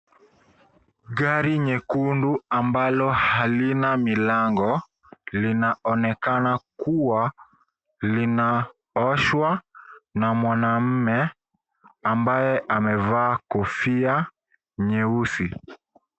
Gari nyekundu ambalo halina milango linaonekana kuwa linaoshwa na mwanamume ambaye amevaa kofia nyeusi.